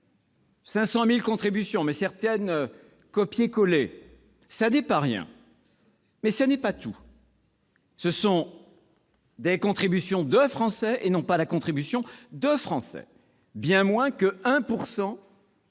500 000 contributions, mais certaines copiées-collées. Ce n'est pas rien, mais ce n'est pas tout. Ce sont des contributions de Français, et non pas la contribution des Français : les contributeurs